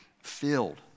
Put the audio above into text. filled